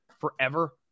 forever